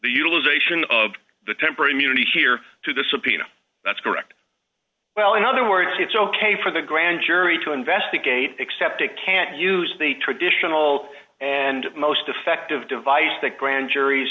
utilization of the temporary immunity here to the subpoena that's correct well in other words it's ok for the grand jury to investigate except you can't use the traditional and most effective device that grand juries